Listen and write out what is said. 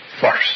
first